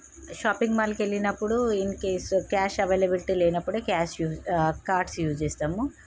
షాపింగ్మాల్కు వెళ్ళినప్పుడు in case cash availability లేనప్పుడే cash యూ కార్డ్స్ యూస్ చేస్తాము